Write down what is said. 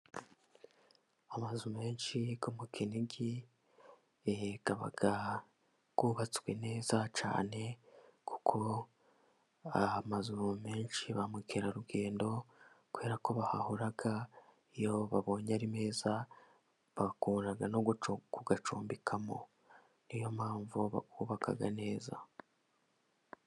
Amazu menshi yo mu Kinigi aba yubatswe neza cyane. Kuko amazu menshi ba mukerarugendo kubera ko bahahora, iyo babonye ari meza, bakunda no kuyacumbikamo. Niyo mpamvu bayubaka neza.